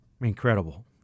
Incredible